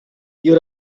you